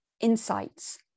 insights